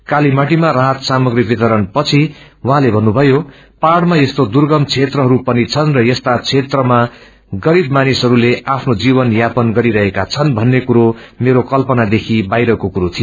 कालीमाटीमा राहत सामग्री वितरणपछि उझँले भन्नुभयो पाहाउमा यस्तो दुर्गमा क्षेत्रहरू पनि छन् र यस्ता क्षेत्रमा गरीब मानिसहरूले आफ्नो जीवन यापन गरिरहेका छन् भन्ने कुरा मेरो कल्पनादेखि बाहिरको कुरो थियो